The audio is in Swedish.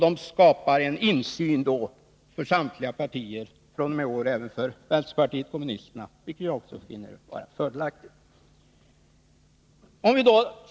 Det skapas då en insyn för samtliga partier, fr.o.m. i år även för vänsterpartiet kommunisterna, vilket jag finner vara fördelaktigt.